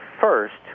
first